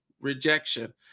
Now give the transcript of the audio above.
rejection